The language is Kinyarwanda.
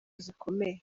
zikomeye